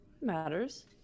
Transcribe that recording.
matters